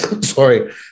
sorry